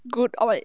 good oil